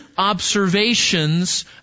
observations